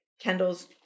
Kendall's